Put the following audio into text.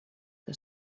que